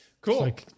Cool